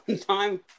time